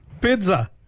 Pizza